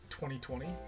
2020